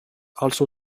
also